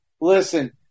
Listen